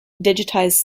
digitized